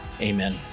amen